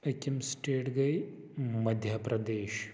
أکِم state گٔے مدھیہ پرٛدیش